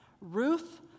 ruth